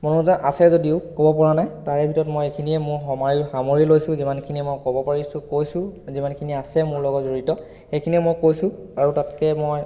মনোৰঞ্জন আছে যদিও ক'ব পৰা নাই তাৰে ভিতৰত মই এইখিনিয়ে মোৰ সামৰি লৈছোঁ যিমানখিনি মই ক'ব পাৰিছোঁ কৈছোঁ যিমানখিনি আছে মোৰ লগত জড়িত সেইখিনিয়ে মই কৈছোঁ আৰু তাতকৈ মই